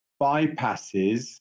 bypasses